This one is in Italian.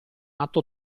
atto